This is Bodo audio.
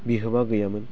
बिहोमा गैयामोन